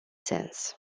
sens